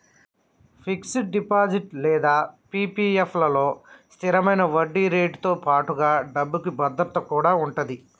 fixed deposit లేదా PPF లలో స్థిరమైన వడ్డీరేటుతో పాటుగా డబ్బుకి భద్రత కూడా ఉంటది